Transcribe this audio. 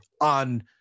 on